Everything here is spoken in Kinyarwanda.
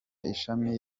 ishami